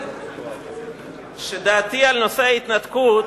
שדעתי על נושא ההתנתקות,